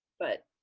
but,